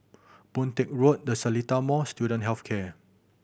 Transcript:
Boon Teck Road The Seletar Mall Student Health Care